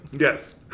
Yes